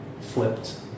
flipped